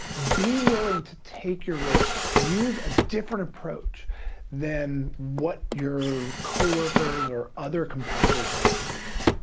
be willing to take your risks. use a different approach than what your coworkers or other competitors might be using.